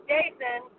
Jason